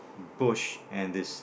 bush and it's